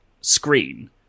screen